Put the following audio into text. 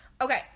Okay